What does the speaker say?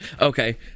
Okay